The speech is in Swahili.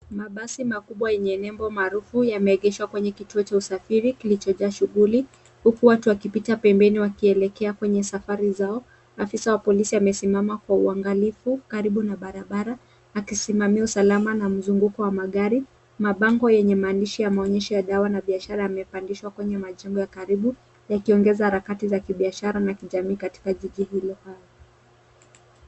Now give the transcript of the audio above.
Mabasi makubwa yenye nembo maarufu yameegeshwa kwenye kituo cha usafiri kilichojaa shughuli huku watu wakipita pembeni wakielekea kwenye safari zao, afisa wa polisi amesimama kwa uangalifu karibu na barabara akisimamia usalama na mzunguko wa magari. Mabango yenye maandishi ya maonyesho ya dawa na biashara yamepangishwa kwenye majengo karibu yakiongeza harakati za kibiashara na kijamii katika kijiji hilo.